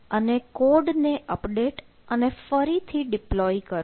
અને કોડ ને અપડેટ અને ફરીથી ડિપ્લોય કરો